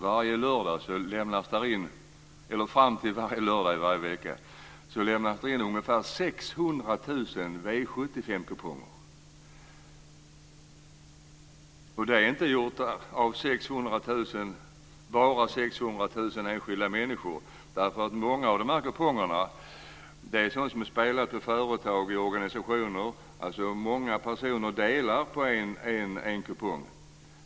Varje vecka, fram till varje lördag lämnas det in ca 600 000 V 75 kuponger, och de har inte fyllts i av bara 600 000 enskilda människor. Många av kupongerna har lämnats in av företag och organisationer där det är många personer som delar på en kupong.